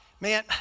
man